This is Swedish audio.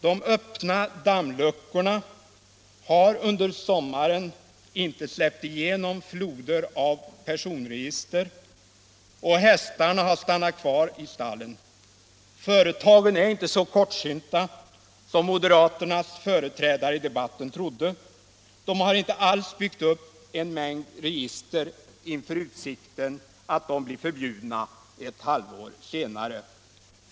De öppnade dammluckorna har under sommaren inte släppt igenom floder av personregister, och hästarna har stannat kvar i stallen. Företagen är inte så kortsynta som moderaternas företrädare i debatten trodde. De har inte alls byggt upp en mängd register inför utsikten att de blir förbjudna ett halvår senare.